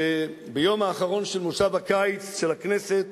שביום האחרון של מושב הקיץ של הכנסת,